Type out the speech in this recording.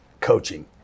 coaching